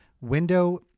window